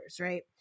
right